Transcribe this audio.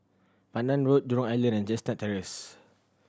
Pandan Road Jurong Island and Chestnut Terrace